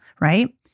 right